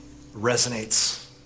resonates